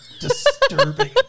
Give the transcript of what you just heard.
disturbing